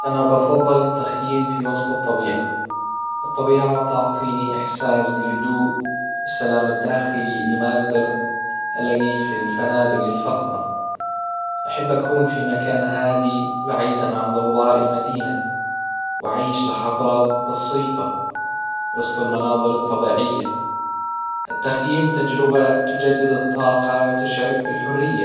انا بفضل التخييم في وسط الطبيعة الطبيعة تعطيني احساس بالهدوء والسلام الداخلي اللي ما اقدر الاقيه في الفنادق الفخمة أحب اكون في مكان هادي وبعيدا عن ضوضاء المدينة وأعيش لحظات بسيطة وسط المناظر الطبيعية التخييم تجربة تجدد الطاقة وتشعرك بالحرية